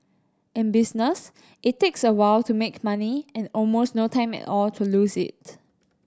in business it takes a while to make money and almost no time at all to lose it